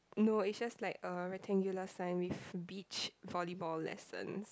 no its just like a rectangular sign with beach volley ball lessons